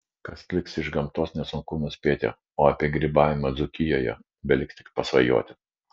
kas liks iš gamtos nesunku nuspėti o apie grybavimą dzūkijoje beliks tik pasvajoti